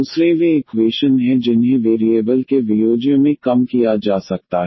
दूसरे वे इक्वेशन हैं जिन्हें वेरिएबल के वियोज्य में कम किया जा सकता है